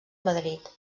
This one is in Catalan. madrid